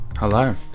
Hello